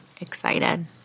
excited